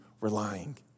relying